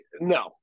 no